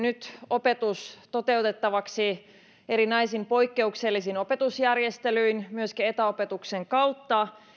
opetus toteutettavaksi erinäisin poikkeuksellisin opetusjärjestelyin myöskin etäopetuksen kautta